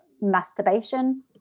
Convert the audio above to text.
masturbation